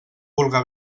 vulga